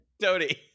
tony